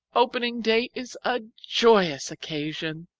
opening day is a joyous occasion!